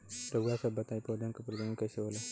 रउआ सभ बताई पौधन क प्रजनन कईसे होला?